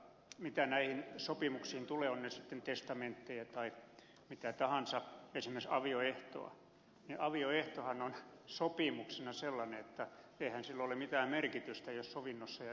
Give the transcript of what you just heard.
mitä näihin sopimuksiin tulee ovat ne sitten testamentteja tai mitä tahansa esimerkiksi avioehto niin avioehtohan on sopimuksena sellainen että eihän sillä ole mitään merkitystä jos sovinnossa ja yhdessä eletään